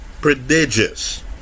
prodigious